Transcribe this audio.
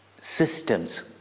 systems